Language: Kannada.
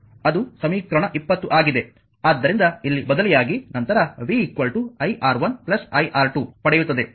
ಆದ್ದರಿಂದ ಇಲ್ಲಿ ಬದಲಿಯಾಗಿ ನಂತರ v iR1 iR2 ಪಡೆಯುತ್ತದೆ